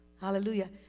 Hallelujah